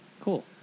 Cool